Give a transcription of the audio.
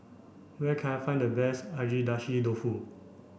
where can I find the best Agedashi Dofu